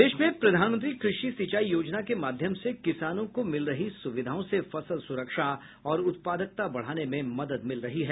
प्रदेश में प्रधानमंत्री कृषि सिंचाई योजना के माध्यम से किसानों को मिल रही सुविधाओं से फसल सुरक्षा और उत्पादकता बढाने में मदद मिल रही है